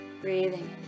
Breathing